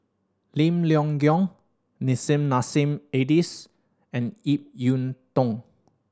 Lim Leong Geok Nissim Nassim Adis and Ip Yiu Tung